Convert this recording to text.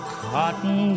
cotton